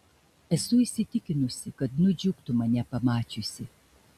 esu įsitikinusi kad nudžiugtų mane pamačiusi